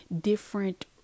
different